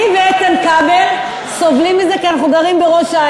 אני ואיתן כבל סובלים מזה כי אנחנו גרים בראש-העין,